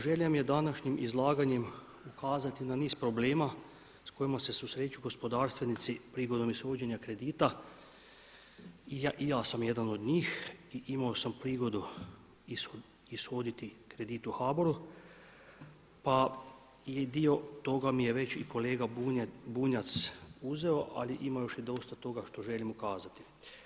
Želja mi je današnjim izlaganjem ukazati na niz problema s kojima se susreću gospodarstvenici prigodom ishođenja kredita i ja sam jedan od njih i imao sam prigodu ishoditi kredit u HBOR, pa dio toga mi je već i kolega Bunjac uzeo, ali ima još dosta toga što želim ukazati.